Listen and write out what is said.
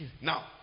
Now